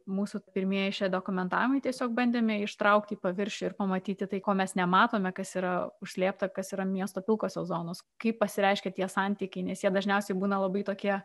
mūsų pirmieji šie dokumentavimai tiesiog bandėme ištraukti į paviršių ir pamatyti tai ko mes nematome kas yra užslėpta kas yra miesto pilkosios zonos kaip pasireiškia tie santykiai nes jie dažniausiai būna labai tokie